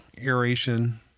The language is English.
aeration